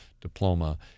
diploma